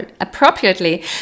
appropriately